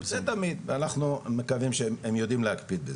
ואנחנו מקווים שהם יודעים להקפיד בזה.